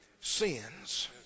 sins